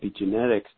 epigenetics